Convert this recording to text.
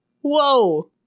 whoa